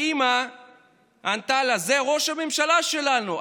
האימא ענתה לה: זה ראש הממשלה שלנו,